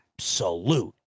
absolute